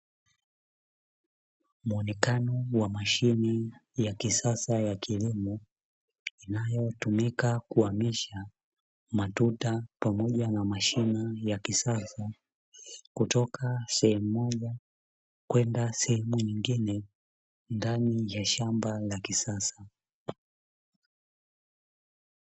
Muonekano wa mashine ya kisasa ya kilimo inayotumika kuhamisha matuta pamoja na mashine ya kisasa kutoka sehemu moja kwenda sehemu nyingine, ndani ya shamba la kisasa.